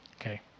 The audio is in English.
okay